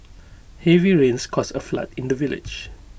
heavy rains caused A flood in the village